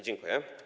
Dziękuję.